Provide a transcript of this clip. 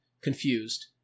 Confused